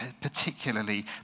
particularly